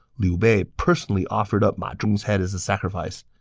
liu bei personally offered up ma zhong's head as a sacrifice.